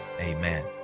Amen